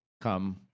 Come